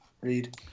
read